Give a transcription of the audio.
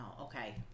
Okay